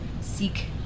seek